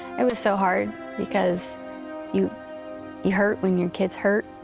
it was so hard because you you hurt when your kids hurt.